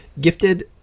Gifted